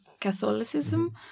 Catholicism